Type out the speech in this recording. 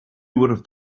would